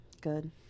Good